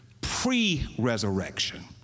pre-resurrection